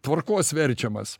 tvarkos verčiamas